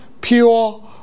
pure